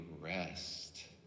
rest